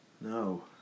No